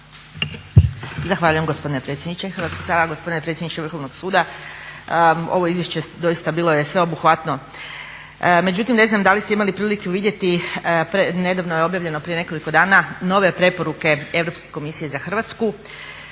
Zahvaljujem gospodine predsjedniče Hrvatskoga sabora. Gospodine predsjedniče Vrhovnog suda. Ovo izvješće doista bilo je sveobuhvatno, međutim ne znam da li ste imali prilike vidjeti nedavno je objavljeno prije nekoliko dana nove preporuke Europske komisije za Hrvatsku